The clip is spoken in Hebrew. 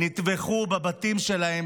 נטבחו בבתים שלהן,